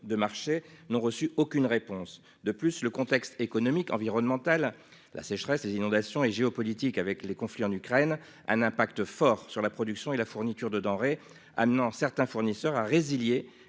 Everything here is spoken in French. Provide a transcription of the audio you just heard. de marché n'ont reçu aucune réponse. En outre, le contexte économique, environnemental- sécheresse, inondations -et géopolitique- conflit en Ukraine -a un impact fort sur la production et la fourniture de denrées, conduisant certains fournisseurs à résilier